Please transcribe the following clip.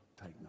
Take